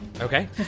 Okay